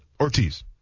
Ortiz